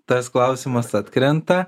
tas klausimas atkrenta